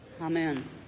Amen